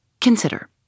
Consider